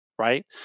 right